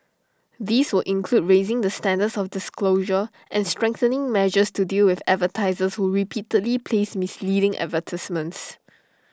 this would include raising the standards of disclosure and strengthening measures to deal with advertisers who repeatedly place misleading advertisements